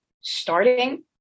starting